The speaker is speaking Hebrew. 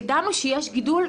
ידענו שיש גידול.